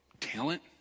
talent